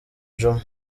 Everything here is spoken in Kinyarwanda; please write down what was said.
djuma